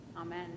Amen